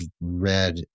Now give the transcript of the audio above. read